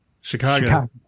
Chicago